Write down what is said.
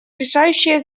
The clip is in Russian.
решающее